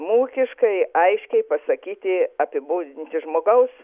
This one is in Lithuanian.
ūkiškai aiškiai pasakyti apibūdinti žmogaus